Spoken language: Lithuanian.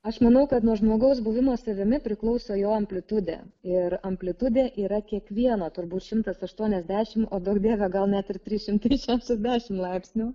aš manau kad nuo žmogaus buvimo savimi priklauso jo amplitudė ir amplitudė yra kiekvieno turbūt šimtas aštuoniasdešimt o duok dieve gal net ir trys šimtai šešiasdešimt laipsnių